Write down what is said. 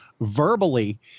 verbally